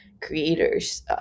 creators